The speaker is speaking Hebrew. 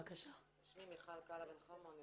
--- שמי מיכל קלה-בן חמו, אני